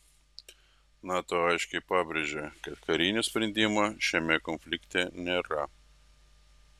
nato aiškiai pabrėžė kad karinio sprendimo šiame konflikte nėra